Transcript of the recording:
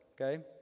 okay